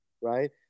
right